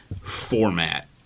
format